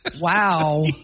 Wow